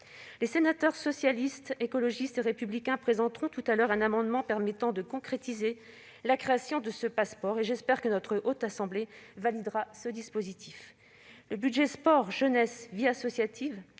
Les sénateurs Socialistes, Écologistes et Républicains présenteront tout à l'heure un amendement visant à concrétiser la création de ce Pass'Sport. J'espère que la Haute Assemblée validera ce dispositif. Le budget de la mission « Sport, jeunesse et vie associative